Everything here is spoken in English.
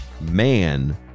man